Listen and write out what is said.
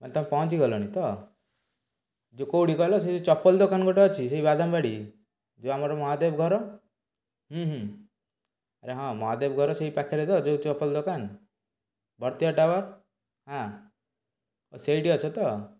ମାନେ ତମେ ପହଞ୍ଚିଗଲଣି ତ ଯୋଉ କୋଉଠି କହିଲ ସେ ଯୋଉ ଚପଲ ଦୋକାନ ଗୋଟେ ଅଛି ସେଇ ବାଦାମବାଡ଼ି ଯୋଉ ଆମର ମହାଦେବ ଘର ହୁଁ ହୁଁ ଆରେ ହଁ ମହାଦେବ ଘର ସେଇ ପାଖରେ ତ ଯୋଉ ଚପଲ ଦୋକାନ ଭାରତୀୟା ଟାୱାର୍ ହଁ ଓ ସେଇଠି ଅଛ ତ